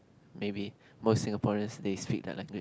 maybe most Singaporeans they speak their language